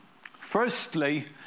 firstly